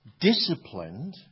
Disciplined